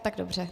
Tak dobře.